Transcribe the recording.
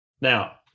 now